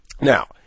Now